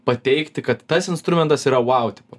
pateikti kad tas instrumentas yra wow tipo